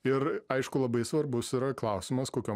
ir aišku labai svarbus yra klausimas kokiom